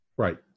Right